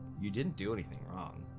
you didn't do anything wrong,